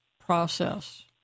process